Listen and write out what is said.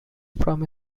from